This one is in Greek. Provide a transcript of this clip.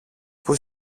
που